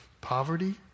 poverty